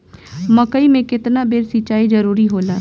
मकई मे केतना बेर सीचाई जरूरी होला?